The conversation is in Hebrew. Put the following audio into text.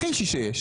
הכי אישי שיש.